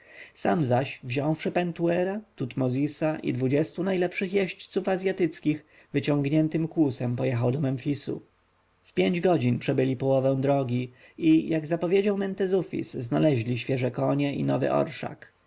sam zaś wziąwszy pentuera tutmozisa i dwudziestu najlepszych jeźdźców azjatyckich wyciągniętym kłusem pojechał do memfisu w pięć godzin przebyli połowę drogi i jak zapowiedział mentezufis znaleźli świeże konie i nowy orszak